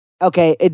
Okay